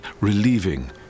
relieving